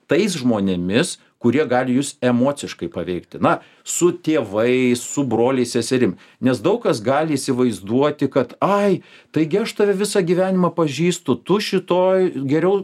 tais žmonėmis kurie gali jus emociškai paveikti na su tėvais su broliais seserim nes daug kas gali įsivaizduoti kad ai taigi aš tave visą gyvenimą pažįstu tu šitoj geriau